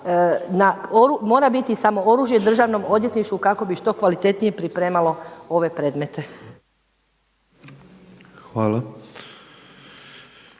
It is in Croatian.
mora biti oružje Državnom odvjetništvu kako bi što kvalitetnije pripremalo ove predmete.